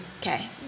Okay